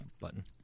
button